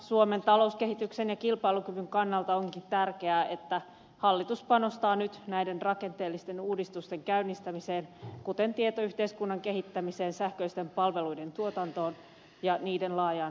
suomen talouskehityksen ja kilpailukyvyn kannalta onkin tärkeää että hallitus panostaa nyt näiden rakenteellisten uudistusten käynnistämiseen kuten tietoyhteiskunnan kehittämiseen sähköisten palveluiden tuotantoon ja niiden laajaan hyväksikäyttöön